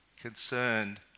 concerned